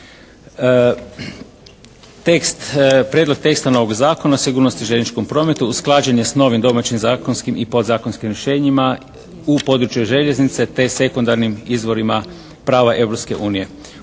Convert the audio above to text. Prijedlog teksta novog Zakona o sigurnosti u željezničkom prometu usklađen je s novim domaćim zakonskim i podzakonskim rješenjima u području željeznice te sekundarnim izvorima prava